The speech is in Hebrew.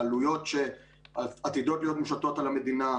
העלויות שעתידות להיות מושתות על המדינה,